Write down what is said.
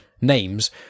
names